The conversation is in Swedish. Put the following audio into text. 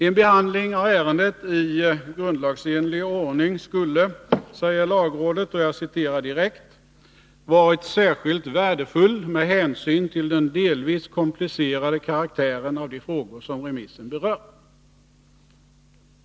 ”En behandling av ärendet i grundlagsenlig ordning skulle”, säger lagrådet, ”varit särskilt värdefull med hänsyn till den delvis komplicerade karaktären av de frågor som remissen berör.